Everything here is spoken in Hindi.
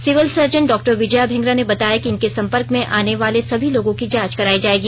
सिविल सर्जन डॉ विजया भेंगरा ने बताया कि इनके संपर्क में आने वाले सभी लोगों की जांच करायी जायेगी